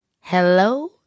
Hello